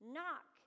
Knock